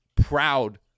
proud